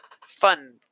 fun